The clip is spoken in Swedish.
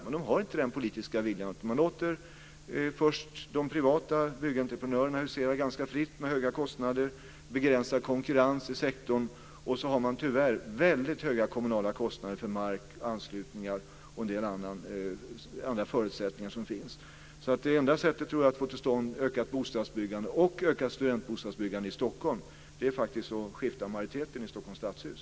Men de har inte den politiska viljan, utan de låter först de privata byggentreprenörerna husera ganska fritt med höga kostnader och begränsad konkurrens i sektorn och sedan har de tyvärr väldigt höga kostnader för mark, anslutningar och en del andra förutsättningar. Jag tror därför att det enda sättet att få i gång ökat bostadsbyggande och ökat studentbostadsbyggande i Stockholm faktiskt är att skifta majoritet i Stockholms stadshus.